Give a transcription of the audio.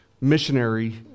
missionary